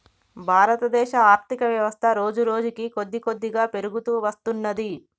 భారతదేశ ఆర్ధికవ్యవస్థ రోజురోజుకీ కొద్దికొద్దిగా పెరుగుతూ వత్తున్నది